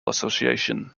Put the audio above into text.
association